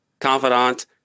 confidant